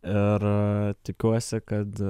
ir tikiuosi kad